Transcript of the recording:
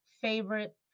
favorite